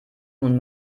nun